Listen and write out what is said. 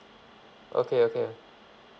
okay okay